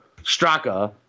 Straka